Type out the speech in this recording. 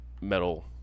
metal